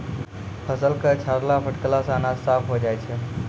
फसल क छाड़ला फटकला सें अनाज साफ होय जाय छै